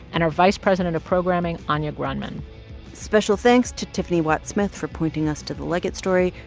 and our vice president of programming, anya grundmann special thanks to tiffany watt smith for pointing us to the liget story,